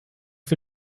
für